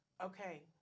Okay